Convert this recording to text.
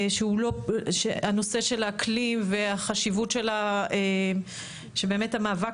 הנושא של האקלים והחשיבות שבאמת המאבק